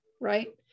right